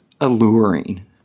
alluring